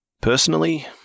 Personally